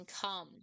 come